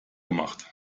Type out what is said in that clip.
gemacht